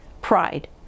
Pride